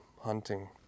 hunting